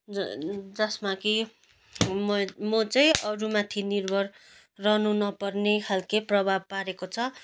ज जसमा कि म म चाहिँ अरू माथि निर्भर रहनु नपर्ने खाले प्रभाव पारेको छ